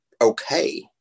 okay